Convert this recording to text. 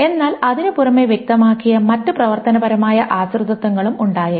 എന്നാൽ അതിനുപുറമേ വ്യക്തമാക്കിയ മറ്റ് പ്രവർത്തനപരമായ ആശ്രിതത്വങ്ങളും ഉണ്ടായേക്കാം